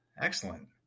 excellent